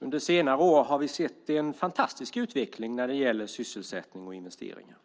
Under senare år har vi sett en fantastisk utveckling när det gäller sysselsättning och investeringar.